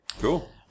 Cool